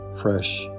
fresh